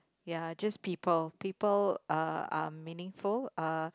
ya just people people uh are meaningful uh